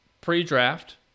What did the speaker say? pre-draft